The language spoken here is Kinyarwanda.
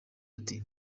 ati